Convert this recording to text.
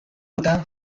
不丹